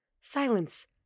Silence